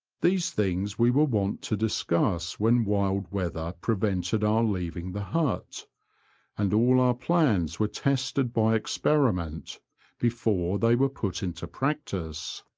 these things we were wont to discuss when wild weather prevented our leaving the hut and all our plans were tested by experiment before they were put into practice.